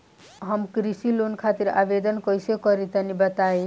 हम कृषि लोन खातिर आवेदन कइसे करि तनि बताई?